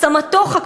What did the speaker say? סמטוחה,